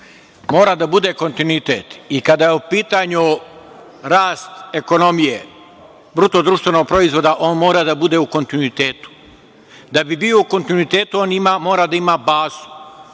Mora da bude kontinuitet, i kada je u pitanju rast ekonomije, BDP on mora da bude u kontinuitetu. Da bi bio u kontinuitetu on mora da ima bazu.